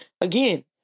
Again